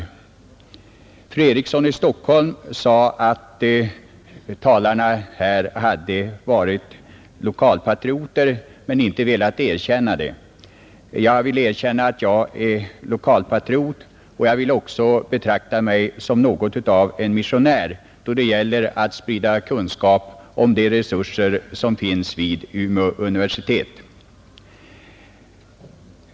Fru Eriksson i Stockholm sade att talarna hade varit lokalpatriotiska men inte velat erkänna det. Jag vill erkänna att jag är lokalpatriot och jag vill också betrakta mig som något av en missionär då det gäller att sprida kunskap om de resurser som finns vid Umeå universitet.